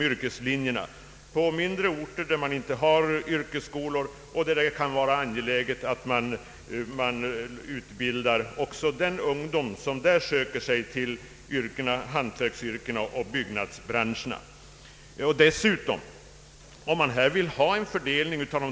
Detta kan gälla mindre orter där man inte har yrkesskolor och där det kan vara angeläget att tillgodose valmöjligheterna hos den ungdom som söker sig till hantverksoch byggnadsbranscherna.